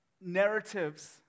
narratives